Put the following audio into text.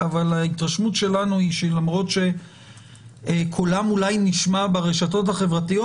אבל ההתרשמות שלנו היא שלמרות שקולם אולי נשמע ברשתות החברתיות